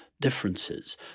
differences